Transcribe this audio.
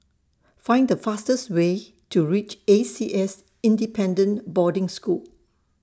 Find The fastest Way to REACH A C S Independent Boarding School